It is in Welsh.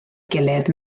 gilydd